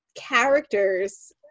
characters